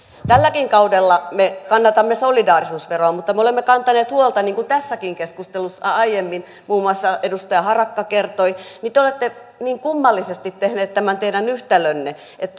tälläkin kaudella me kannatamme solidaarisuusveroa mutta me olemme kantaneet huolta niin kuin tässäkin keskustelussa aiemmin muun muassa edustaja harakka kertoi siitä että te olette kummallisesti tehneet tämän teidän yhtälönne että